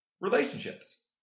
relationships